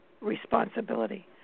responsibility